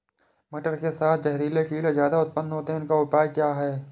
मटर के साथ जहरीले कीड़े ज्यादा उत्पन्न होते हैं इनका उपाय क्या है?